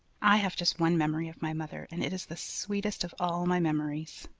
i have just one memory of my mother and it is the sweetest of all my memories,